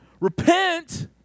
repent